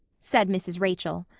said mrs. rachel.